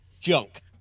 junk